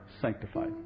sanctified